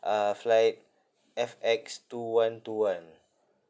uh flight F X two one two one